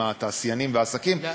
עם התעשיינים והעסקים,